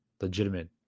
legitimate